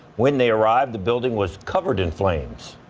when they arrived the building was covered in flames.